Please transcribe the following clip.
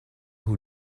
who